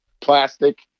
Plastic